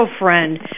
friend